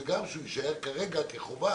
וגם שהוא יישאר כרגע כחובה